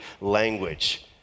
language